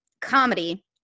comedy